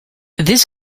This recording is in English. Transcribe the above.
this